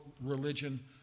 religion